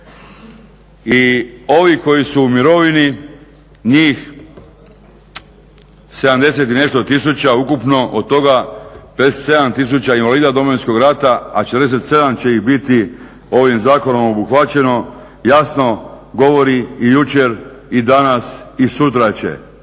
I ovi koji su u mirovini njih 70 i nešto tisuća ukupno od toga 57 tisuća invalida Domovinskog rata a 47 će ih biti ovim zakonom obuhvaćeno, jasno govori i jučer i danas i sutra će.